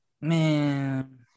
Man